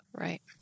Right